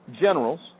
generals